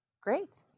Great